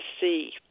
see